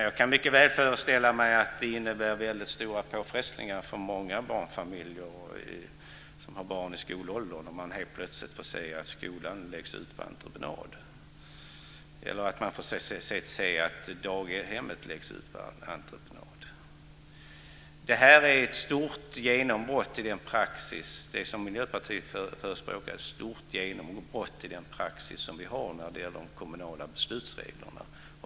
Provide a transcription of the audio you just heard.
Jag kan mycket väl föreställa mig att det innebär mycket stora påfrestningar för många barnfamiljer som har barn i skolåldern när man helt plötsligt får veta att skolan läggs ut på entreprenad eller när man får veta att daghemmet läggs ut på entreprenad. Det som Miljöpartiet förespråkar är ett stort genombrott i den praxis som vi har när det gäller de kommunala beslutsreglerna.